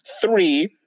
Three